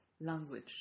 language